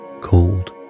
called